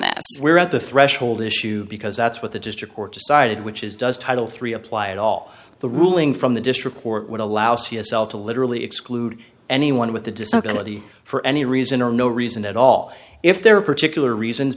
that we're at the threshold issue because that's what the district court decided which is does title three apply at all the ruling from the district court would allow c s l to literally exclude anyone with a disability for any reason or no reason at all if there are particular reasons